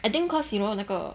I think cause you know 那个